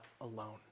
alone